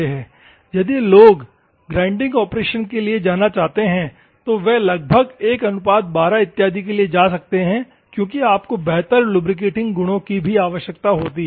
यदि लोग grinding operation के लिए जाना चाहते हैं तो वे लगभग 112 इत्यादि के लिए जा सकते हैं क्योंकि आपको बेहतर लुब्रिकेटिंग गुणों की भी आवश्यकता होती है